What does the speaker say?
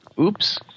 Oops